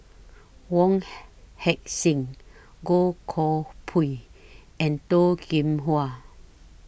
Wong Heck Sing Goh Koh Pui and Toh Kim Hwa